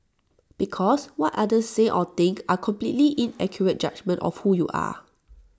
because what others say or think are completely inaccurate judgement of who you are